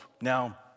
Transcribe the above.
Now